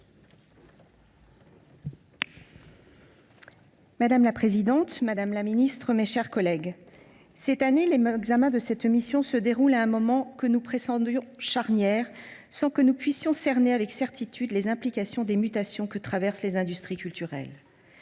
Madame la présidente, madame la ministre, mes chers collègues, cette année, l’examen de la mission se déroule à un moment que nous pressentons charnière, sans que nous puissions cerner avec certitude les implications des mutations que traversent les industries culturelles.